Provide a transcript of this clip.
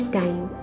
time